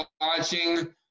watching